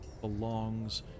belongs